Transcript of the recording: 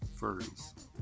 furries